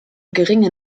geringe